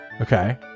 Okay